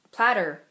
Platter